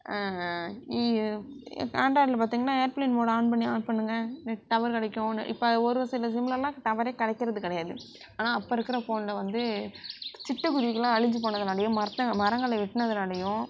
ஆண்ட்ராய்டில் பார்த்தீங்கன்னா aeroplane mode on பண்ணி off பண்ணுங்கள் நெட் டவர் கிடைக்கும்னு இப்போ அது ஒரு சில சிம்மிலலாம் டவரே கிடைக்கிறது கிடையாது ஆனால் அப்போ இருக்கிற ஃபோனில் வந்து சிட்டுக்குருவிகளாம் அழிஞ்சு போனதுனாலேயும் மரத்தை மரங்களை வெட்னதுனாலேயும்